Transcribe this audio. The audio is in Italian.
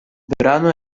brano